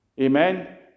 amen